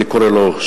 אני קורא לו,